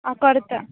आं करतां